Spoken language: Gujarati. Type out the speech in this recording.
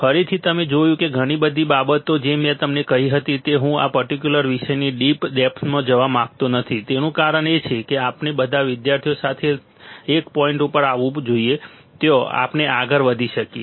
ફરીથી તમે જોયું કે ઘણી બધી બાબતો જે મેં તમને કહી હતી કે હું આ પર્ટિક્યુલર વિષયની ડીપ ડેપ્થમાં જવા માંગતો નથી તેનું કારણ એ છે કે આપણે બધા વિદ્યાર્થીઓને સાથે લઈને એક પોઇન્ટ ઉપર આવવું જોઈએ ત્યાં આપણે આગળ વધી શકીએ છીએ